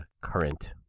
current